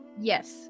yes